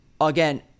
Again